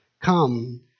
Come